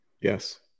Yes